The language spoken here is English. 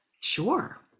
Sure